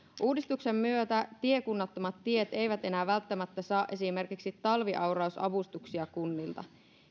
uudistuksen myötä tiekunnattomat tiet eivät enää välttämättä saa esimerkiksi talviaurausavustuksia kunnilta